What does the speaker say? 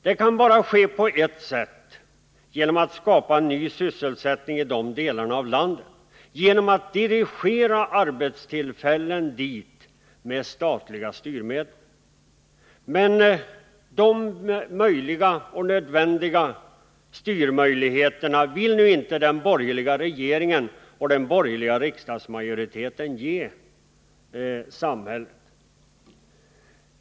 Det kan bara ske på ett sätt: genom att man skapar ny sysselsättning i de delarna av landet och genom att man dirigerar arbetstillfällen dit med statliga styrmedel. Men de behövliga styrmöjligheterna vill inte den borgerliga regeringen och den borgerliga riksdagsmajoriteten ge samhället.